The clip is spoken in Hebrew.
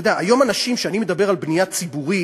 אתה יודע, היום כשאני מדבר על בנייה ציבורית,